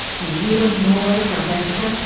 new zealand, norway, south africa,